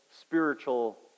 spiritual